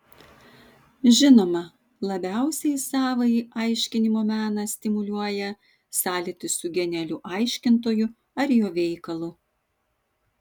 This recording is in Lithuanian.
žinoma labiausiai savąjį aiškinimo meną stimuliuoja sąlytis su genialiu aiškintoju ar jo veikalu